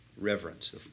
reverence